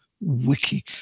wiki